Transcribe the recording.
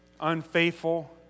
unfaithful